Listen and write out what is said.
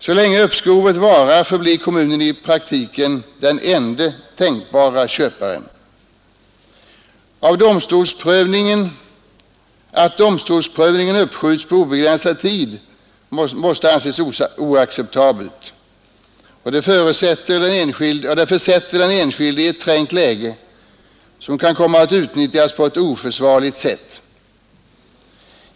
Så länge uppskovet varar förblir kommunen i praktiken den enda tänkbara köparen. Att domstolsprövningen uppskjuts på obegränsad tid är oacceptabelt, och det försätter den enskilde i ett trängt läge som kan komma att utnyttjas på ett oförsvarligt sätt.